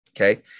Okay